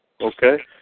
Okay